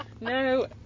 No